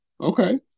Okay